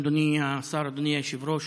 אדוני השר, אדוני היושב-ראש,